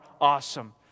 awesome